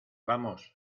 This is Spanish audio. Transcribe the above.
vamos